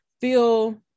feel